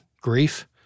grief